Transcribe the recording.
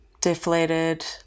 deflated